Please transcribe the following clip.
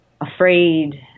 afraid